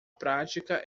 prática